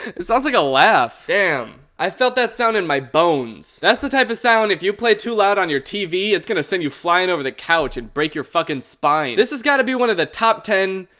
sounds like a laugh, damn. i felt that sound in my bones. that's the type of sound if you play too loud on your tv it's gonna send you flying over the couch and break your fucking spine. this has gotta be one of the top ten,